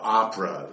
opera